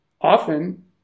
Often